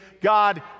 God